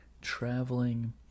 traveling